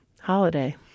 holiday